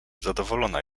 zadowolona